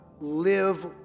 live